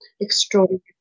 Extraordinary